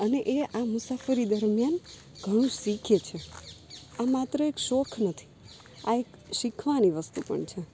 અને એ આ મુસાફરી દરમ્યાન ઘણું શીખે છે આ માત્ર એક શોખ નથી આ એક શીખવાની વસ્તુ પણ છે